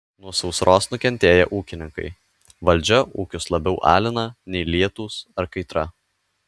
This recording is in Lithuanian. nuo sausros nukentėję ūkininkai valdžia ūkius labiau alina nei lietūs ar kaitra